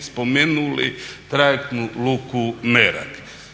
spomenuli trajektnu luku Merak.